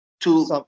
to-